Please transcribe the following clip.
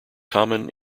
common